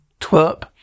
twerp